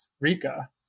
Rika